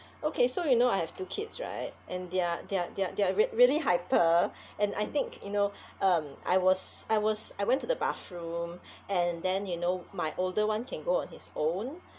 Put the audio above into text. okay so you know I have two kids right and they are they are they're they're rea~ really hyper and I think you know um I was I was I went to the bathroom and then you know my older [one] can go on his own